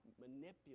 manipulate